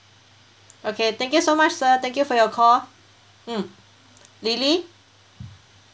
okay thank you so much sir thank you for your call mm lily